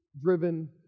driven